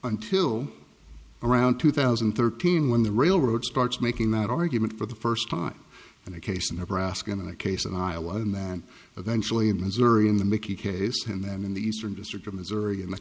until around two thousand and thirteen when the railroad starts making that argument for the first time in a case in nebraska in a case in iowa and then eventually in missouri in the mickey case and then in the eastern district of missouri and